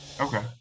Okay